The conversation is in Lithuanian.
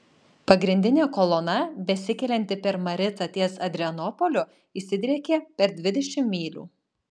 pagrindinė kolona besikelianti per maricą ties adrianopoliu išsidriekė per dvidešimt mylių